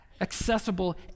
accessible